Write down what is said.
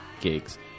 gigs